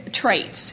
traits